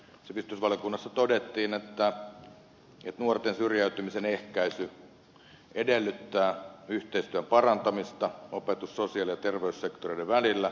sivistysvaliokunnassa todettiin että nuorten syrjäytymisen ehkäisy edellyttää yhteistyön parantamista opetus sosiaali ja terveyssektoreiden sekä työministeriön välillä